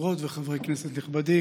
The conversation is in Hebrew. חברות וחברי כנסת נכבדים,